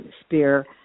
spear